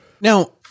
Now